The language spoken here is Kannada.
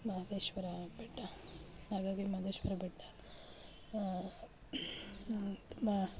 ಮಹದೇಶ್ವರ ಬೆಟ್ಟ ಹಾಗಾಗಿ ಮಹದೇಶ್ವರ ಬೆಟ್ಟ ಮ